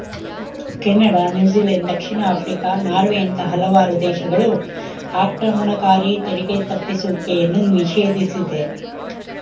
Canada, New Zealand, ದಕ್ಷಿಣ Africa, ನಾರ್ವೆಯಂತ ಹಲವಾರು ದೇಶಗಳು ಆಕ್ರಮಣಕಾರಿ ತೆರಿಗೆ ತಪ್ಪಿಸುವಿಕೆಯನ್ನು ನಿಷೇಧಿಸಿದೆ